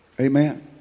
Amen